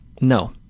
No